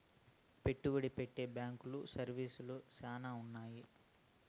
పెట్టుబడి పెట్టే బ్యాంకు సర్వీసులు శ్యానా ఉన్నాయి